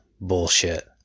bullshit